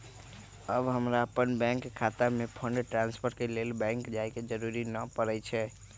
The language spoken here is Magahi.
अब हमरा अप्पन बैंक खता में फंड ट्रांसफर के लेल बैंक जाय के जरूरी नऽ परै छइ